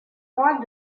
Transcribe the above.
points